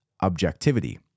objectivity